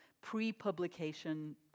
pre-publication